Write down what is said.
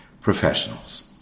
professionals